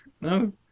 No